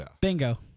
Bingo